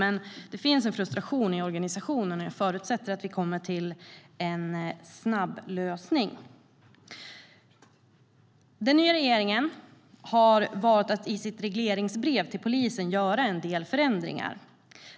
Men det finns en frustration i organisationen, och jag förutsätter att vi kommer till en snabb lösning. Den nya regeringen har valt att i sitt regleringsbrev till polisen göra en del förändringar.